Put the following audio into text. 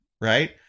right